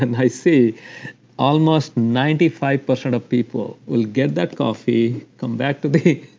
and i see almost ninety five percent of people will get that coffee, come back to the